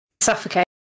suffocate